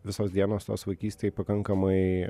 visos dienos tos vaikystėj pakankamai